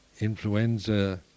influenza